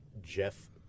Jeff